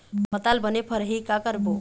पताल बने फरही का करबो?